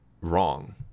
wrong